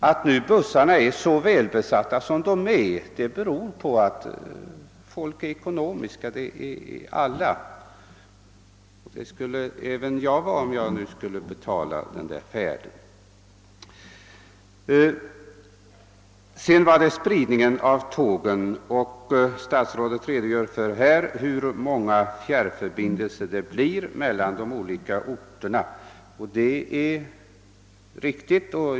Att bussarna är så välbesatta som fallet är beror på att folk är ekonomiska. När det gäller spridningen av tågen har statsrådet redogjort för hur många fjärrförbindelser det blir mellan de olika orterna.